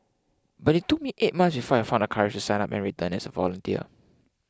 but it took me eight months before I found the courage to sign up and return as a volunteer